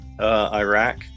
Iraq